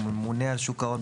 הממונה על שוק ההון,